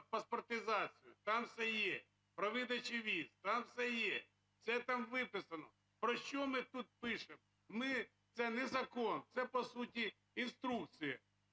паспортизацію – там все є. Про видачу віз – там все є, все там виписано. Про що ми тут пишемо? Ми… Це не закон, це по суті інструкція.